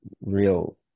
real